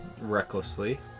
Recklessly